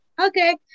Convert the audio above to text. Okay